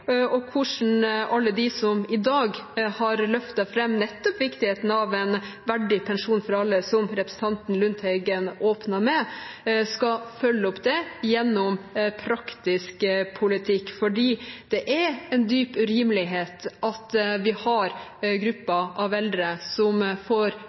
og hvordan alle de som i dag har løftet fram nettopp viktigheten av en verdig pensjon for alle, som representanten Lundteigen åpnet med, skal følge det opp gjennom praktisk politikk. Det er en dyp urimelighet at vi har grupper av eldre som får